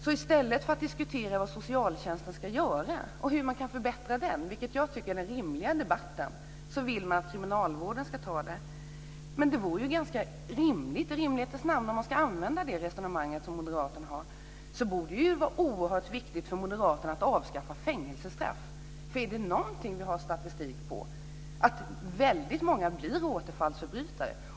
I stället för att diskutera vad socialtjänsten ska göra och hur man kan förbättra den, vilket jag tycker är den rimliga debatten, vill man att kriminalvården ska ta hand om detta. Om man ska använda moderaternas resonemang borde det i rimlighetens namn vara oerhört viktigt för dem att avskaffa fängelsestraff. Är det någonting vi har statistik på är det att väldigt många blir återfallsförbrytare.